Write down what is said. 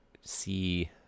see